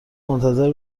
منتظر